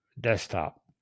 desktop